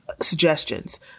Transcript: suggestions